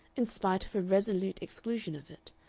in spite of her resolute exclusion of it,